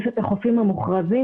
מי ששם את הכסף זה הרשויות עצמן,